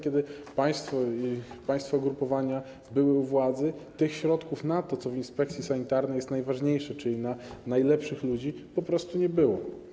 Kiedy państwo i państwa ugrupowania były u władzy tych środków na to, co w inspekcji sanitarnej jest najważniejsze, czyli na najlepszych ludzi, po prostu nie było.